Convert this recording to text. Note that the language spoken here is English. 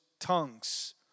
tongues